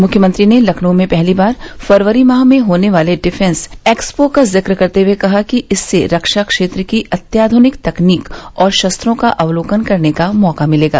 मुख्यमंत्री ने लखनऊ में पहली बार फरवरी माह में होने वाले डिफेन्स एक्सपो का जिक्र करते हुये कहा कि इससे रक्षा क्षेत्र की अत्याध्रनिक तकनीक और शस्त्रो का अवलोकन करने का मौका मिलेगा